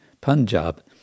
Punjab